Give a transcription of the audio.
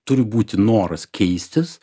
turi būti noras keistis